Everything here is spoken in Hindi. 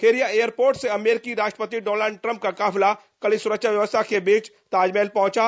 खेरिया एयरपोर्ट से अमेरिकी राष्ट्रपति डोनाल्ड ट्रंप का काफिला कड़ी सुरक्षा व्यवस्था के बीच ताजमहल पहुंचा